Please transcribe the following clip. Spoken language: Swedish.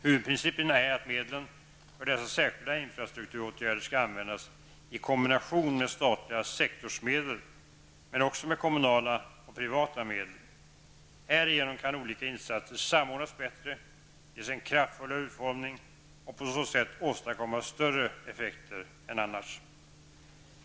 Huvudprincipen är att medlen för dessa särskilda infrastrukturåtgärder skall användas i kombination med statliga sektorsmedel men också med kommunala och privata medel. Härigenom kan olika insatser samordnas bättre, ges en kraftfullare utformning och på så sätt åstadkomma större effekter än annars.